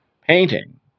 Painting